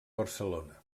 barcelona